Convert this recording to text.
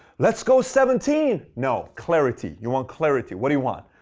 let's go seventeen! no, clarity. you want clarity. what do you want?